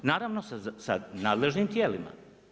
Naravno, sa nadležnim tijelima.